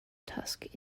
tusk